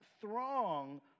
throng